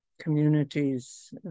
communities